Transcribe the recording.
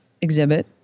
exhibit